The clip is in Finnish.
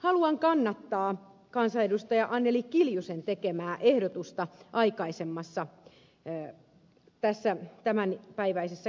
haluan kannattaa kansanedustaja anneli kiljusen tekemää ehdotusta tämänpäiväisessä käsittelyssä